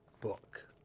book